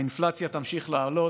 האינפלציה תמשיך לעלות.